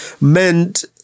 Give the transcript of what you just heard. meant